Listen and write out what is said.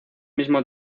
mismo